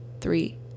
three